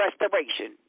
restoration